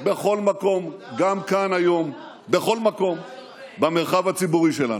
אכן, ואני בין אזרחי ישראל.